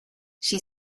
she